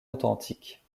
authentique